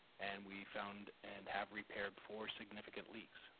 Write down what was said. and we found and have repaired four significant leaks.